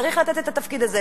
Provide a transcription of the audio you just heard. צריך לתת את התפקיד הזה,